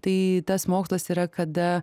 tai tas mokslas yra kada